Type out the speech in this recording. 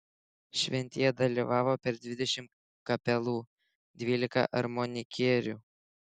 šventėje dalyvavo per dvidešimt kapelų dvylika armonikierių